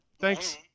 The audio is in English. Thanks